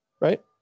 Right